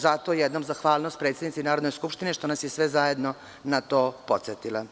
Zato još jednom zahvalnost predsednici Narodne skupštine što nas je sve zajedno na to podsetila.